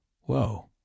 Whoa